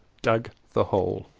dug the hole.